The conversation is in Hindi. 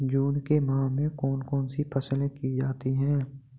जून के माह में कौन कौन सी फसलें की जाती हैं?